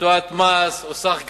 מתשואת מס או סך גבייה.